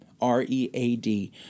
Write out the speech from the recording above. R-E-A-D